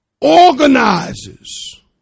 organizes